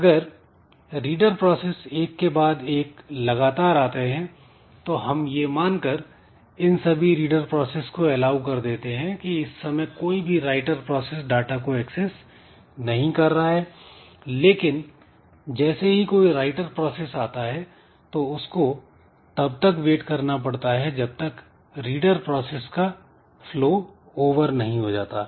अगर reader process एक के बाद एक लगातार आते हैं तो हम यह मानकर इन सभी रीडर प्रोसेस को एलाऊ कर देते हैं कि इस समय कोई भी राइटर प्रोसेस डाटा को एक्सेस नहीं कर रहा है लेकिन जैसे ही कोई राइटर प्रोसेस आता है तो उसको तब तक वेट करना पड़ता है जब तक रीडर प्रोसेस का फ्लो ओवर नहीं हो जाता